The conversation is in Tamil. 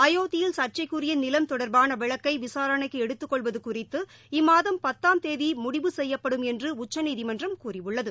அயோத்தியில் சர்ச்சைக்குரிய நிலம் தொடர்பான வழக்கை விசாரணைக்கு எடுத்து கொள்வது குறித்து இம்மாதம் பத்தாம் தேதி முடிவு செய்யப்படும் என்று உச்சநீதிமன்றம் கூறியுள்ளது